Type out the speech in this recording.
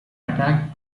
attacked